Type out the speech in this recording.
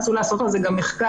רצוי לעשות על זה גם מחקר.